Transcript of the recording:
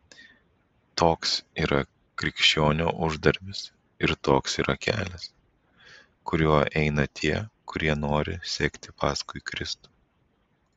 toks yra krikščionio uždarbis ir toks yra kelias kuriuo eina tie kurie nori sekti paskui kristų